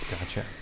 Gotcha